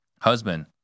husband